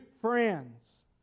friends